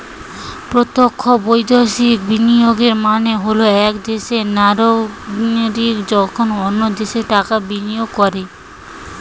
প্রত্যক্ষ বৈদেশিক বিনিয়োগের মানে হল এক দেশের নাগরিক যখন অন্য দেশে টাকা বিনিয়োগ করে